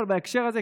אבל בהקשר הזה,